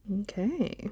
Okay